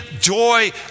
joy